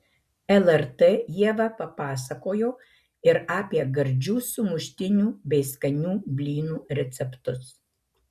lrt ieva papasakojo ir apie gardžių sumuštinių bei skanių blynų receptus